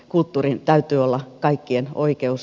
kulttuurin täytyy olla kaikkien oikeus